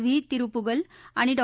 V Tirupugal आणि डॉ